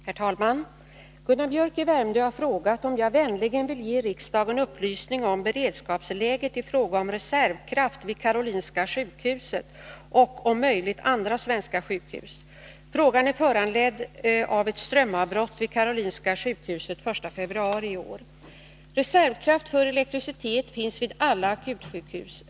Herr talman! Gunnar Biörck i Värmdö har frågat om jag vänligen vill ge riksdagen upplysning om beredskapsläget i fråga om reservkraft vid Karolinska sjukhuset och — om möjligt — andra svenska sjukhus. Frågan är föranledd av ett strömavbrott vid Karolinska sjukhuset den 1 februari i år. Reservkraft för elektricitet finns vid alla akutsjukhus.